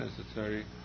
necessary